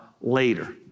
later